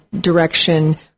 direction